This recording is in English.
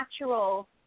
natural –